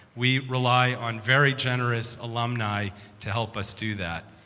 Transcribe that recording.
we rely on very generous alumni to help us do that.